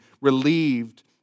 relieved